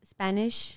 Spanish